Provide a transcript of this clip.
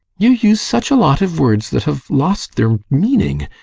you use such a lot of words that have lost their meaning.